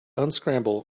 unscramble